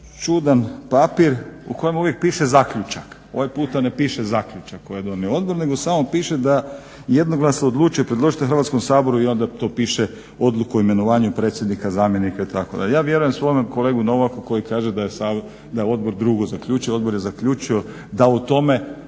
čudan papir u kojem uvijek piše zaključak. Ovaj puta ne piše zaključak kojeg je donio odbor, nego samo piše da jednoglasno odlučuje predložiti Hrvatskom saboru i onda to piše odluku o imenovanju predsjednika, zamjenika itd. Ja vjerujem svojem kolegi Novaku koji kaže da je odbor drugo zaključio. Odbor je zaključio da o tome